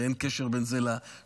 הרי אין קשר בין זה לשאילתה,